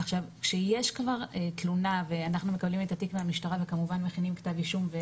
כשיש כבר תלונה ואנחנו מקבלים את התיק מהמשטרה וכמובן מכינים כתב אישום.